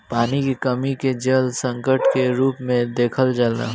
पानी के कमी के जल संकट के रूप में देखल जाला